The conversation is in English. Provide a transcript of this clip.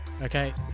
Okay